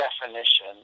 definition